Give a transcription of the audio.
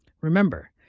Remember